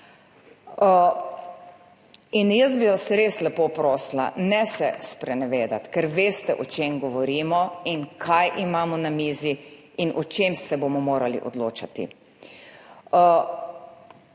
Res bi vas lepo prosila, ne se sprenevedati, ker veste, o čem govorimo in kaj imamo na mizi in o čem se bomo morali odločati.